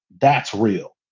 that's real.